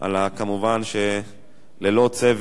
כמובן, ללא צוות